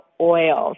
oils